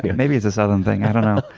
yeah maybe it's a southern thing, i don't know.